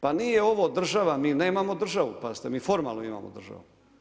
Pa nije ovo država, mi nemamo državu, pazite mi formalno imamo državu.